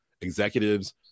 executives